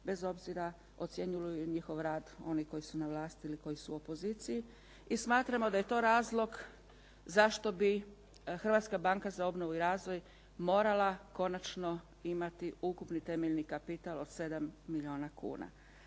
bez obzira ocjenjuju li njihov rad oni koji su na vlasti ili oni koji su u opoziciji i smatramo da je to razlog zašto bi Hrvatska banka za obnovu i razvoj morala konačno imati ukupni temeljni kapital od 7 milijuna kuna.